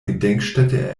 gedenkstätte